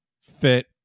fit